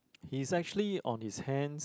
he's actually on his hand